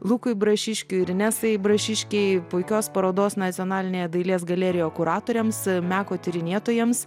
lukui brašiškiui ir inesai brašiškei puikios parodos nacionalinėje dailės galerijoje kuratoriams meko tyrinėtojams